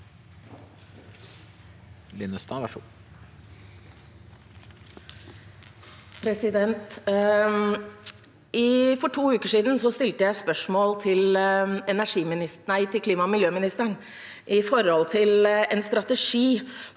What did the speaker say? For to uker siden stilte jeg et spørsmål til klima- og miljøministeren om en strategi